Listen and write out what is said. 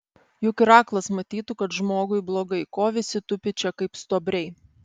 juk ir aklas matytų kad žmogui blogai ko visi tupi čia kaip stuobriai